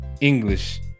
English